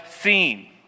seen